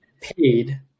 paid